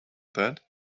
that